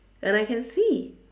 and I can see